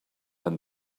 than